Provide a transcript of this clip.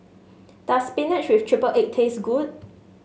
does spinach with triple egg taste good